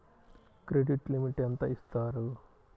Credit limit ఎంత ఇస్తారు?